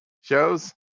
shows